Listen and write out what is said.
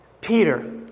Peter